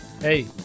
Hey